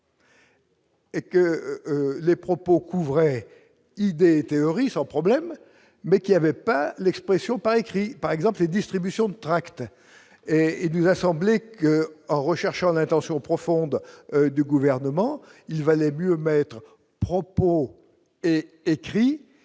Et que les propos couvrait idée théorie sans problème, mais qui avait pas l'expression, par écrit, par exemple, les distributions de tracts et et de l'assemblée qu'en recherchant l'intention profonde du gouvernement, il valait mieux mettre propos et écrits